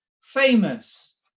famous